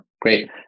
Great